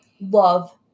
love